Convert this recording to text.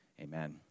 Amen